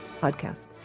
podcast